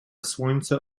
słońce